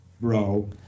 bro